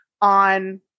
on